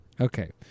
Okay